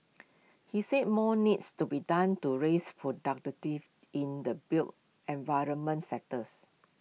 he said more needs to be done to raise in the built environment sectors